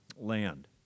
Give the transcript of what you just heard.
land